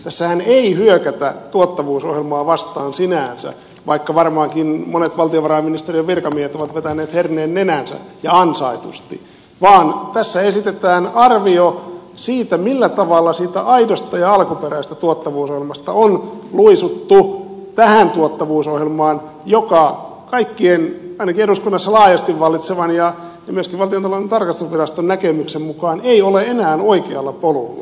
tässähän ei hyökätä sinänsä tuottavuusohjelmaa vastaan vaikka varmaankin monet valtiovarainministeriön virkamiehet ovat vetäneet herneen nenäänsä ja ansaitusti vaan tässä esitetään arvio siitä millä tavalla siitä aidosta ja alkuperäisestä tuottavuusohjelmasta on luisuttu tähän tuottavuusohjelmaan joka kaikkien ainakin eduskunnassa laajasti vallitsevan ja myöskin valtiotalouden tarkastusviraston näkemyksen mukaan ei ole enää oikealla polulla